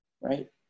Right